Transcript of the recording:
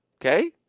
Okay